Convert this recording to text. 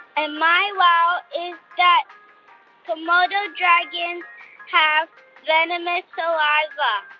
and my wow is that komodo dragons have venomous saliva.